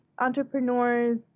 entrepreneurs